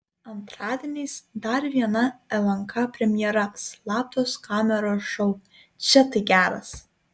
antradieniais dar viena lnk premjera slaptos kameros šou čia tai geras